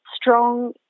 strong